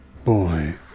boy